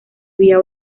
vía